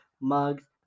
mugs